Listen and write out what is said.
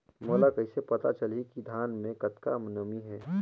मोला कइसे पता चलही की धान मे कतका नमी हे?